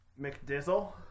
McDizzle